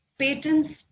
patents